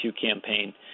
campaign